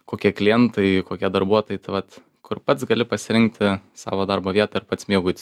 kokie klientai kokie darbuotojai tai vat kur pats gali pasirinkti savo darbo vietą ir pats mėgautis